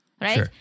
right